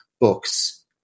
books